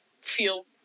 feel